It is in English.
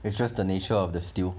it's just the nature of the steel